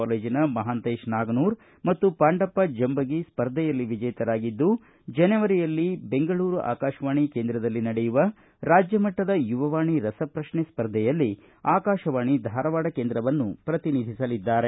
ಕಾಲೇಜಿನ ಮಹಾಂತೇಶ ನಾಗನೂರ ಮತ್ತು ಪಾಂಡಪ್ಪ ಜಂಬಗಿ ಸ್ಪರ್ಧೆಯಲ್ಲಿ ವಿಜೇತರಾಗಿದ್ದು ಜನೆವರಿಯಲ್ಲಿ ಬೆಂಗಳೂರು ಆಕಾಶವಾಣಿ ಕೇಂದ್ರದಲ್ಲಿ ನಡೆಯುವ ರಾಜ್ಯಮಟ್ಟದ ಯುವವಾಣಿ ರಸಪ್ರಕ್ಷೆ ಸ್ಪರ್ಧೆಯಲ್ಲಿ ಆಕಾಶವಾಣಿ ಧಾರವಾಡ ಕೇಂದ್ರವನ್ನು ಪ್ರತಿನಿಧಿಸಲಿದ್ದಾರೆ